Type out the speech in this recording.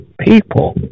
people